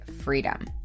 freedom